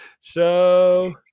show